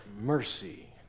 mercy